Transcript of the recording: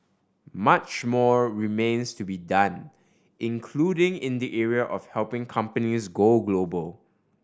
much more remains to be done including in the area of helping companies go global